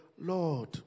Lord